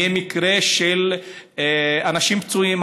אם יהיה מקרה המוני של אנשים פצועים,